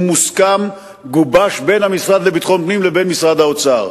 הוא גובש בין המשרד לביטחון פנים לבין משרד האוצר.